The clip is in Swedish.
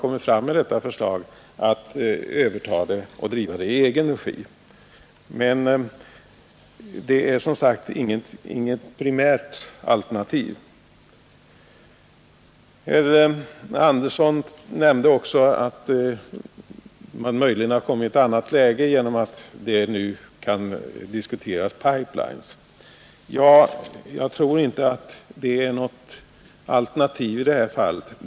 Vidare nämnde herr Andersson i Södertälje att man möjligen har kommit i ett annat läge genom att pipe-ines nu kan diskuteras. Jag tror inte att det är något alternativ i det här fallet.